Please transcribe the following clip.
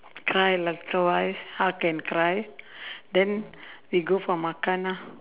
cry lah twice hug and cry then we go for makan ah